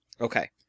Okay